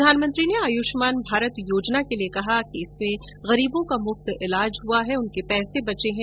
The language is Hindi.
प्रधानमंत्री ने आयुष्मान भारत योजना के लिए कहा कि गरीबों का मुफ्त ईलाज हुआ है जिससे उनके पैसे बचे है